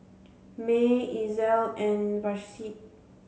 May Ezell and Vashti